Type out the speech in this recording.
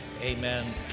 amen